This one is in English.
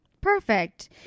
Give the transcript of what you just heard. Perfect